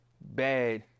bad